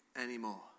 anymore